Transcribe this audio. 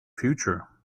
future